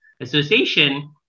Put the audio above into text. association